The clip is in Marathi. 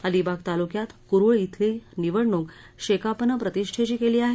अलिबाग तालुक्यात कुरूळ इथली निवडणूक शेकापनं प्रतिष्ठेची केली आहे